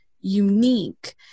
unique